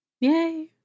Yay